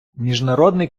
міжнародний